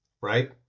right